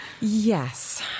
Yes